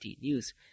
news